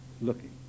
looking